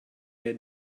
their